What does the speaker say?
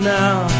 now